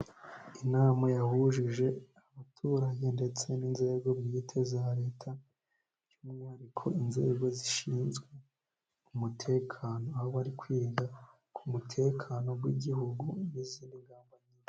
Inama yahuje abaturage ndetse n'inzego bwite za leta, by'umwihariko inzego zishinzwe umutekano aho bari kwiga ku mutekano w'igihugu n'izindi ngamba.